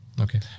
Okay